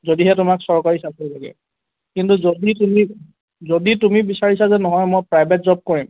যদিহে তোমাক চৰকাৰী চাকৰি লাগে কিন্তু যদি তুমি যদি তুমি বিচাৰিছা যে নহয় মই প্ৰাইভেট জব কৰিম